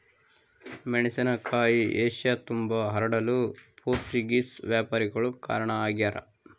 ಮೆಣಸಿನಕಾಯಿ ಏಷ್ಯತುಂಬಾ ಹರಡಲು ಪೋರ್ಚುಗೀಸ್ ವ್ಯಾಪಾರಿಗಳು ಕಾರಣ ಆಗ್ಯಾರ